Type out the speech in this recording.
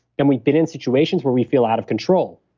and we've been in situations where we feel out of control.